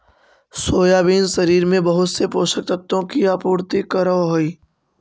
soybean शरीर में बहुत से पोषक तत्वों की आपूर्ति करअ हई